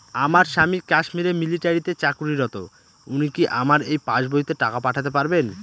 আমার স্বামী কাশ্মীরে মিলিটারিতে চাকুরিরত উনি কি আমার এই পাসবইতে টাকা পাঠাতে পারবেন?